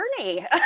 journey